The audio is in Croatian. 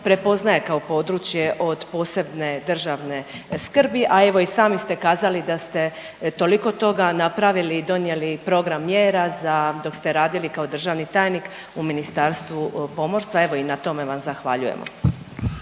prepoznaje kao područje od posebne državne skrbi, a evo i sami ste kazali da ste toliko toga napravili i donijeli i program mjera za, dok ste radili kao državni tajnik u Ministarstvu pomorstva, evo i na tome vam zahvaljujem.